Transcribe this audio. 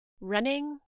Running